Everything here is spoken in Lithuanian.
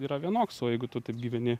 yra vienoks o jeigu tu taip gyveni